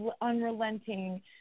unrelenting